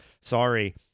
sorry